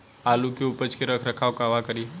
आलू के उपज के रख रखाव कहवा करी?